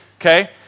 okay